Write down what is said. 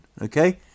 Okay